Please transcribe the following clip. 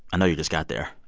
i know you just got there